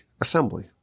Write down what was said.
assembly